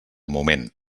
moment